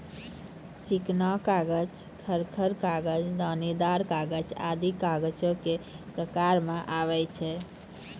चिकना कागज, खर खर कागज, दानेदार कागज आदि कागजो क प्रकार म आवै छै